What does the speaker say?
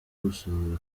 gusohora